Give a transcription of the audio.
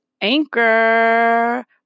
Anchor